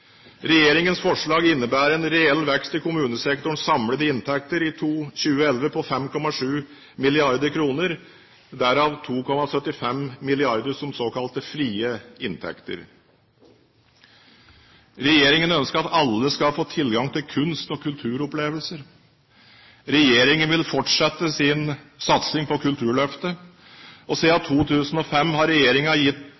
Regjeringens forslag innebærer en reell vekst i kommunesektorens samlede inntekter i 2011 på 5,7 mrd. kr, derav 2,75 mrd. kr som såkalte frie inntekter. Regjeringen ønsker at alle skal få tilgang til kunst- og kulturopplevelser. Regjeringen vil fortsette sin satsing på Kulturløftet. Siden 2005 har regjeringen gitt